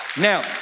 Now